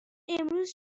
امروز